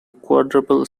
quadruple